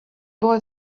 boy